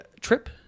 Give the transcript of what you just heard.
trip